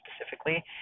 specifically